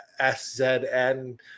SZN